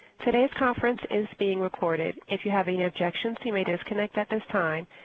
today's conference is being recorded. if you have any objections, you may disconnect at this time.